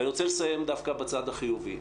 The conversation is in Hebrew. ואני רוצה לסיים דווקא בצד החיובי.